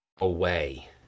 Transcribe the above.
Away